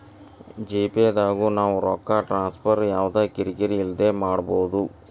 GPay ದಾಗು ನಾವ್ ರೊಕ್ಕ ಟ್ರಾನ್ಸ್ಫರ್ ಯವ್ದ ಕಿರಿ ಕಿರಿ ಇಲ್ದೆ ಮಾಡ್ಬೊದು